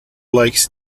lakes